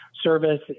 service